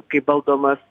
kaip valdomas